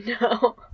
no